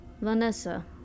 Vanessa